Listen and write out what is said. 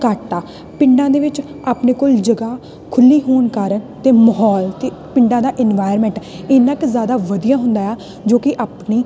ਘੱਟ ਆ ਪਿੰਡਾਂ ਦੇ ਵਿੱਚ ਆਪਣੇ ਕੋਲ ਜਗ੍ਹਾ ਖੁੱਲ੍ਹੀ ਹੋਣ ਕਾਰਨ ਅਤੇ ਮਾਹੌਲ ਅਤੇ ਪਿੰਡਾਂ ਦਾ ਇਨਵਾਇਰਮੈਂਟ ਇੰਨਾ ਕੁ ਜ਼ਿਆਦਾ ਵਧੀਆ ਹੁੰਦਾ ਆ ਜੋ ਕਿ ਆਪਣੀ